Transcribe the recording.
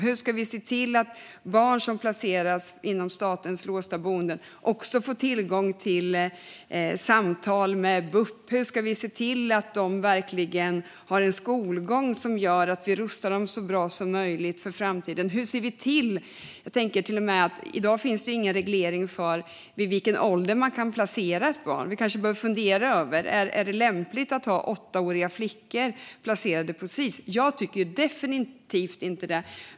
Hur ska vi se till att barn som placeras inom statens låsta boenden också får tillgång till samtal med bup? Hur ska vi se till att de verkligen har en skolgång som gör att vi rustar dem så bra som möjligt för framtiden? I dag finns det ingen reglering av vid vilken ålder man kan placera ett barn. Det kanske vi behöver fundera över. Är det lämpligt att ha åttaåriga flickor placerade på Sis? Jag tycker definitivt inte det.